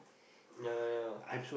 ya ya ya